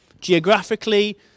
geographically